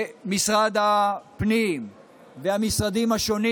משרד הפנים והמשרדים השונים.